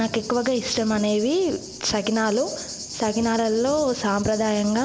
నాకు ఎక్కువగా ఇష్టమనేవి సకినాలు సకినాలల్లో సాంప్రదాయంగా